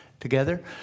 Together